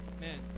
man